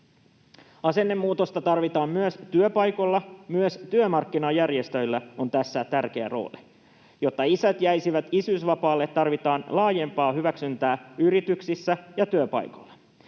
Asennemuutosta tarvitaan myös työpaikoilla. Myös työmarkkinajärjestöillä on tässä tärkeä rooli. Jotta isät jäisivät isyysvapaalle, tarvitaan laajempaa hyväksyntää yrityksissä ja työpaikoilla.